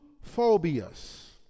phobias